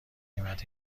قیمت